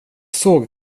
såg